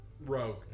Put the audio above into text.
Rogue